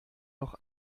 noch